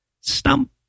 stump